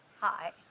Hi